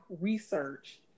research